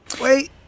Wait